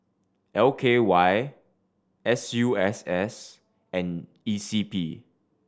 L K Y S U S S and E C P